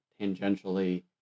tangentially